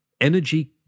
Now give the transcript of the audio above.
energy